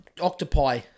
octopi